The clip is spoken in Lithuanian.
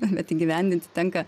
bet įgyvendinti tenka